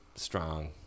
Strong